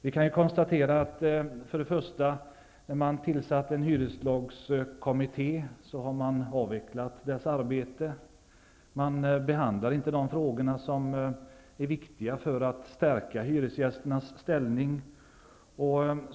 Vi kan konstatera att hyreslagskommitténs arbete har avvecklats -- man behandlar inte de frågor som är viktiga för att stärka hyresgästernas ställning.